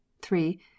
three